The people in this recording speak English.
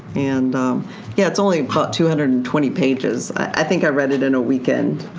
and yeah it's only about two hundred and twenty pages. i think i read it in a weekend.